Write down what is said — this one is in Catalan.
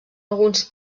alguns